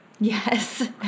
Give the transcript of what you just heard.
Yes